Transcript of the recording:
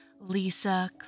Lisa